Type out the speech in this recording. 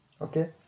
Okay